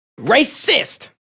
Racist